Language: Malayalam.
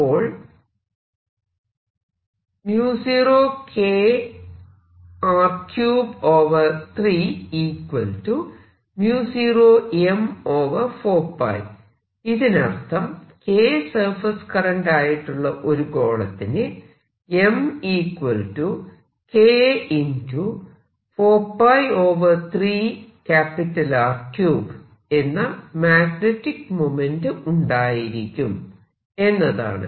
അപ്പോൾ ഇതിനർത്ഥം K സർഫേസ് കറന്റ് ആയിട്ടുള്ള ഒരു ഗോളത്തിന് എന്ന മാഗ്നെറ്റിക് മോമെന്റ്റ് ഉണ്ടായിരിക്കും എന്നതാണ്